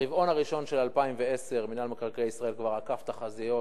ברבעון הראשון של 2010 מינהל מקרקעי ישראל כבר עקף תחזיות,